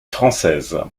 française